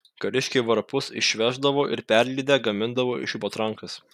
kariškiai varpus išveždavo ir perlydę gamindavo iš jų patrankas